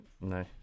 No